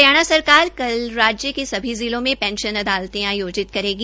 हरियाणा सरकार कल राज्य के सभी जिलों में पेंशन अदालते आयोजित करेगी